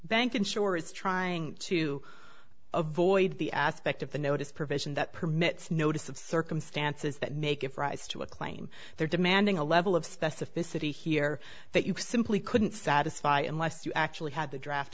bank insurer is trying to avoid the aspect of the notice provision that permits notice of circumstances that make it rise to a claim they're demanding a level of specificity here that you simply couldn't satisfy unless you actually had the draft